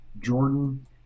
Jordan